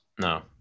No